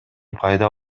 пайда